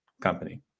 company